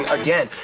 again